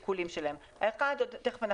אחד, אנחנו